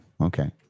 Okay